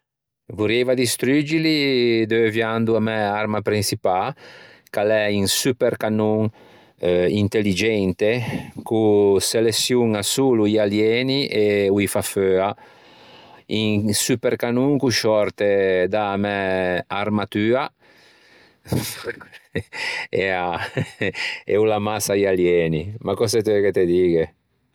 Vorrieiva distruggili deuviando a mæ arma prinçipâ ch'a l'é un super cannon intelligente ch'o seleçioña solo i alieni e o î fa feua un super cannon ch'o sciòrte da-a mæ armatua e o ammassa i alieni. Ma cöse t'eu che te digghe!